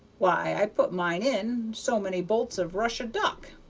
why, i put mine in, so many bolts of russia duck